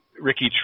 Ricky